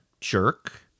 jerk